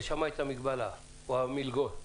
ושם הייתה מגבלה או המלגות,